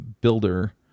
builder